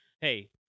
hey